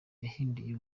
yahinduye